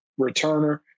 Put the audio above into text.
returner